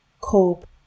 cope